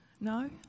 No